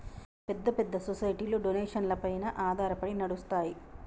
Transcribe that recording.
పెద్ద పెద్ద సొసైటీలు డొనేషన్లపైన ఆధారపడి నడుస్తాయి